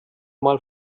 mal